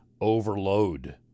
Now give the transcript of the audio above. Overload